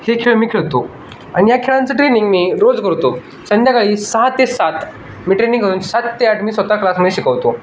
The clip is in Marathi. हे खेळ मी खेळतो आणि या खेळांचं ट्रेनिंग मी रोज करतो संध्याकाळी सहा ते सात मी ट्रेनिंग करून सात ते आठ मी स्वत क्लासमध्ये शिकवतो